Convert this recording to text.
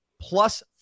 plus